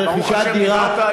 רכישת דירה,